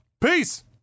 Peace